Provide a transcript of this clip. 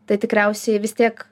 tai tikriausiai vis tiek